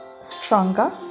stronger